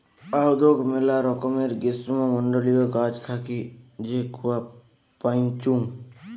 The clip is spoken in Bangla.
আদৌক মেলা রকমের গ্রীষ্মমন্ডলীয় গাছ থাকি যে কূয়া পাইচুঙ